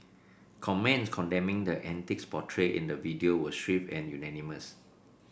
comments condemning the antics portrayed in the video were swift and unanimous